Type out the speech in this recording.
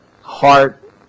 heart